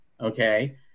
okay